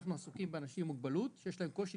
אנחנו עסוקים באנשים עם מוגבלות שיש להם קושי